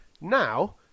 Now